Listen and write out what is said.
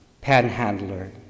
Panhandler